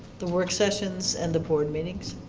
the work sessions and the board meetings?